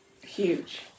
huge